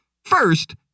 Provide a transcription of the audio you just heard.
First